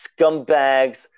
scumbags